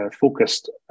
focused